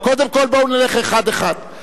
קודם כול נלך אחד אחד,